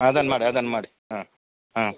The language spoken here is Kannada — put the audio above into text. ಅದನ್ನು ಮಾಡಿ ಅದನ್ನು ಮಾಡಿ ಹಾಂ ಹಾಂ